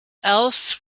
else